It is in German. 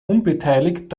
unbeteiligt